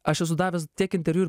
aš esu davęs tiek interviu